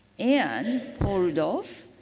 and paul rudolph.